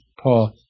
paul